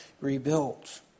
rebuilt